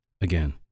Again